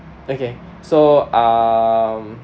okay so um